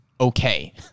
okay